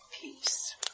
peace